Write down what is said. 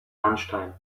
lunchtime